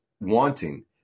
wanting